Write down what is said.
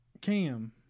Cam